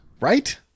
Right